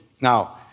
Now